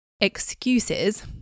excuses